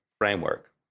framework